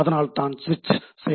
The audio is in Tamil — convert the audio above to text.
அதனால்தான் சுவிட்ச் எனப்படுகிறது